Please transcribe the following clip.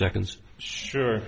seconds sure